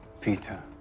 Peter